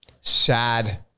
sad